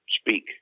speak